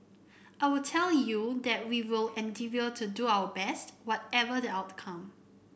I will tell you that we will endeavour to do our best whatever the outcome